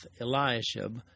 Eliashib